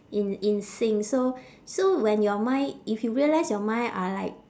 in in sync so so when your mind if you realise your mind are like